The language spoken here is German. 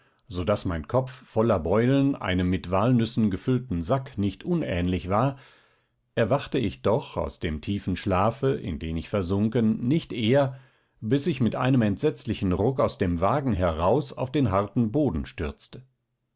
so daß mein kopf voller beulen einem mit walnüssen gefüllten sack nicht unähnlich war erwachte ich doch aus dem tiefen schlafe in den ich versunken nicht eher bis ich mit einem entsetzlichen ruck aus dem wagen heraus auf den harten boden stürzte